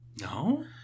no